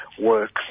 works